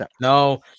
No